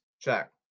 Check